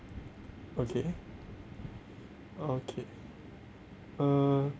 okay okay uh